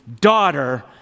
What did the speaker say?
daughter